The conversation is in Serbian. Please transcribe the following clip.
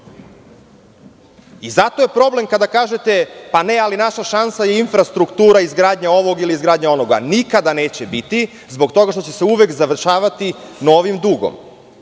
Zato je problem kada kažete - pa ne, ali naša šansa je infrastruktura i izgradnja ovoga ili onoga. Nikada neće biti zbog toga što će se uvek završavati novim